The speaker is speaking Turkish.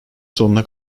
sonuna